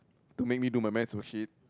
to make me do my math's worksheet